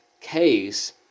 case